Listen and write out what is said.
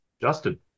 Justin